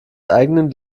eigenen